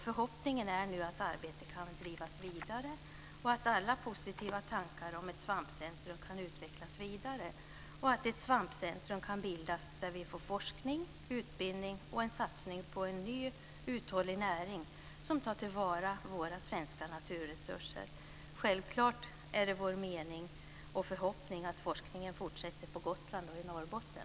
Förhoppningen är nu att arbetet kan drivas vidare, att alla positiva tankar om ett svampcentrum kan utvecklas vidare och att ett svampcentrum kan bildas där vi får forskning, utbildning och en satsning på en ny uthållig näring som tar till vara våra svenska naturresurser. Självklart är det vår mening och förhoppning att forskningen fortsätter på Gotland och i Norrbotten.